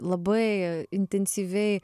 labai intensyviai